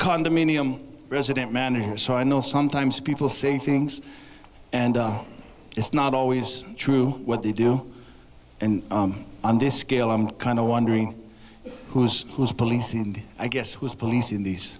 condominium resident manager so i know sometimes people say things and it's not always true what they do and on this scale i'm kind of wondering who's who's policing and i guess who's policing these